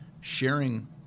sharing